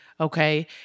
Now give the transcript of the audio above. Okay